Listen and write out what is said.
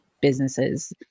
businesses